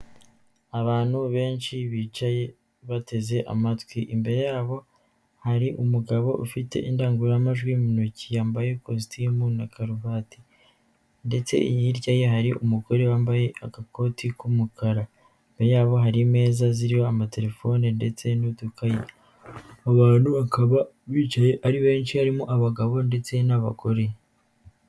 Abantu benshi bicaye bateze amatwi, imbere yabo hari umugabo ufite indangururamajwi mu ntoki. Yambaye kositimu na karuvati ndetse hirya ye hari umugore wambaye agakoti k'umukara. Imbere yabo hari imeza ziriho amaterefone ndetse n'udukayi; abantu bakaba bicaye ari benshi harimo abagabo ndetse n'abagore.